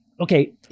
okay